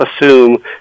assume